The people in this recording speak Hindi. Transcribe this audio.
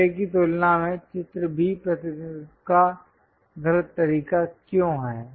चित्र A की तुलना में चित्र B प्रतिनिधित्व का गलत तरीका क्यों है